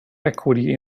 equity